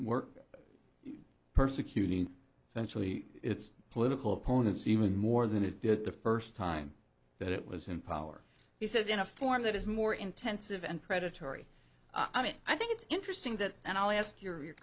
worked persecuting essentially its political opponents even more than it did the first time that it was in power he says in a form that is more intensive and predatory i mean i think it's interesting that and i'll ask your